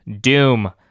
Doom